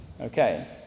Okay